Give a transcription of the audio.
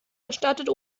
gestattet